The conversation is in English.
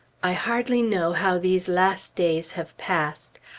i hardly know how these last days have passed.